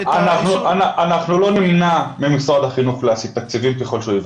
אנחנו לא נמנע ממשרד החינוך להסיט תקציבים ככל שהוא יבקש.